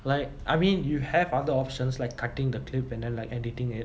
like I mean you have other options like cutting the cliff and then like editing it